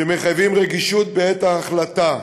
שמחייבים רגישות בעת ההחלטה.